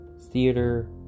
Theater